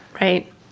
Right